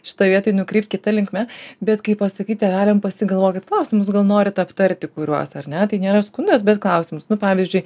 šitoj vietoj nukreipt kita linkme bet kaip pasakyt tėveliam pasigalvokit klausimus gal norit aptarti kuriuos ar ne tai nėra skundas bet klausimas nu pavyzdžiui